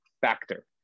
factor